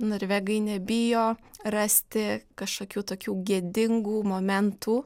norvegai nebijo rasti kažkokių tokių gėdingų momentų